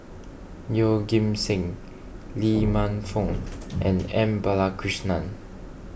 Yeoh Ghim Seng Lee Man Fong and M Balakrishnan